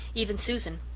even susan,